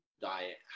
diet